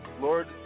Lord